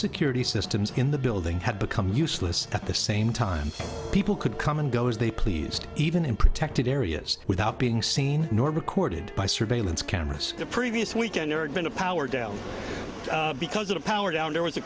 security systems in the building had become useless at the same time people could come and go as they pleased even in protected areas without being seen nor recorded by surveillance cameras the previous weekend been a power down because of the power down there was a